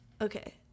okay